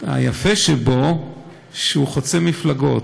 היפה שבו הוא שהוא חוצה מפלגות.